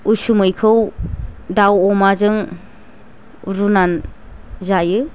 उसुमैखौ दाउ अमाजों रुनानै जायो